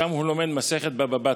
ושם הוא לומד מסכת בבא בתרא.